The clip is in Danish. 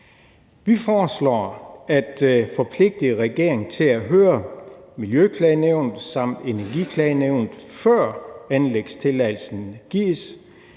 Vi foreslår at forpligtige regeringen til at høre Miljøklagenævnet samt Energiklagenævnet, før anlægstilladelsen gives.